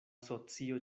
socio